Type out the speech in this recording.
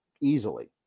easily